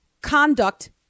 conduct